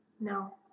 No